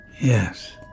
Yes